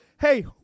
hey